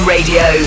Radio